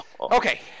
Okay